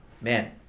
man